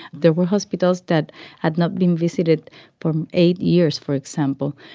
there were hospitals that had not been visited for eight years, for example,